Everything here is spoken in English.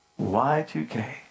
Y2K